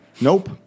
Nope